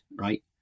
right